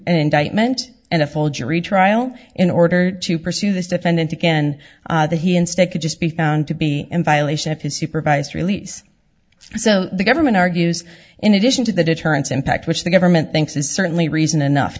indictment and a full jury trial in order to pursue this defendant again that he instead could just be found to be in violation of his supervised release so the government argues in addition to the deterrence impact which the government thinks is certainly reason enough